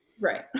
Right